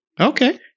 Okay